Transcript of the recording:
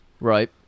Right